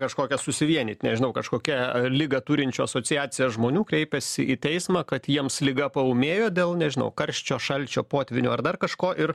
kažkokią susivienyt nežinau kažkokią ligą turinčio asociaciją žmonių kreipiasi į teismą kad jiems liga paūmėjo dėl nežinau karščio šalčio potvynio ar dar kažko ir